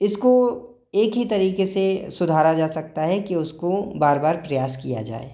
इसको एक ही तरीक़े से सुधारा जा सकता है कि उसको बार बार प्रयास किया जाए